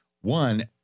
one